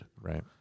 Right